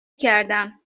کردم